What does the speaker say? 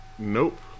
Nope